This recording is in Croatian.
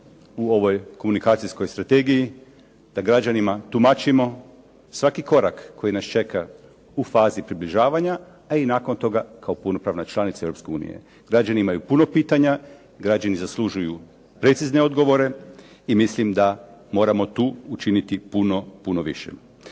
u ovoj komunikacijskoj strategiji da građanima tumačimo svaki korak koji nas čeka u fazi približavanja a i nakon toga kao punopravna članica europske unije. Građani imaju puno pitanja, građani zaslužuju precizne odgovore, mislim da tu trebamo napraviti puno više.